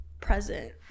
present